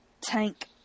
Tank